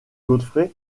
godfrey